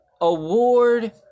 award